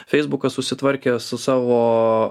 feisbukas susitvarkė su savo